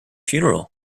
funeral